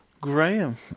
Graham